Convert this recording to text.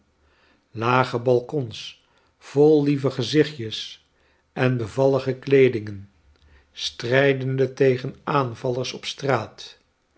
lage balkons vol lieve gezichtjes en bevallige kleedingen strijdende tegen aanvallers op straat